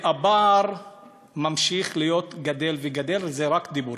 והפער ממשיך לגדול ולגדול, וזה רק דיבורים.